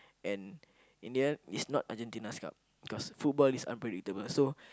and in the end is not Argentina's cup because football is unpredictable so